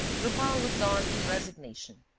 lupin looked on in resignation.